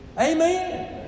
Amen